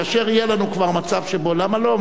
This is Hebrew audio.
כאשר יהיה לנו כבר מצב שבו, למה לא?